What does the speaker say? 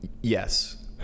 Yes